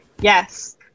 Yes